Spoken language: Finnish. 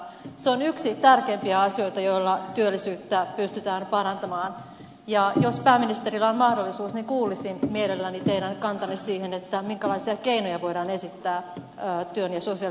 se on yksi tärkeimpiä asioita joilla työllisyyttä pystytään parantamaan ja jos pääministerillä on mahdollisuus niin kuulisin mielelläni teidän kantanne siihen minkälaisia keinoja voidaan esittää työn ja sosiaaliturvan yhteensovittamiseen